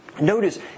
Notice